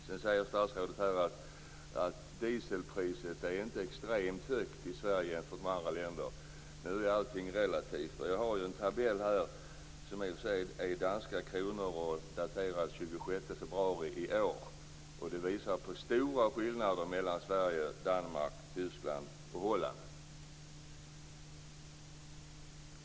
Sedan säger statsrådet att dieselpriset inte är extremt högt i Sverige jämfört med andra länder. Nu är allting relativt. Jag har en tabell med mig, där priserna i och för sig är i danska kronor, som är daterad den 26 februari i år. Men den visar på stora skillnader mellan Sverige, Danmark, Tyskland och Holland.